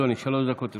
אדוני, שלוש דקות לרשותך.